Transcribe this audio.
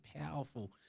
powerful